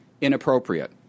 inappropriate